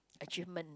achievement